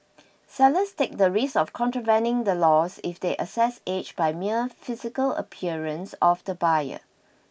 sellers take the risk of contravening the laws if they assess age by mere physical appearance of the buyer